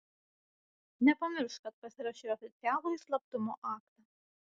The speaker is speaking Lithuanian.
nepamiršk kad pasirašei oficialųjį slaptumo aktą